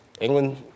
England